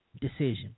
decision